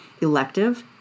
elective